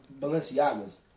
Balenciagas